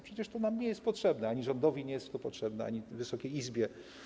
Przecież to nam nie jest potrzebne, ani rządowi nie jest to potrzebne, ani Wysokiej Izbie.